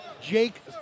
Jake